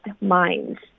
minds